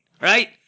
right